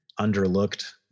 underlooked